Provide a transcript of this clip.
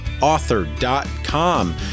author.com